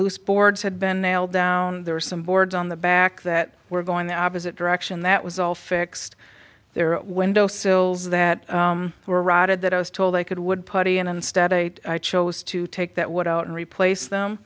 loose boards had been nailed down there are some boards on the back that were going the opposite direction that was all fixed their window sills that were rotted that i was told they could would party and instead i chose to take that what out and replace them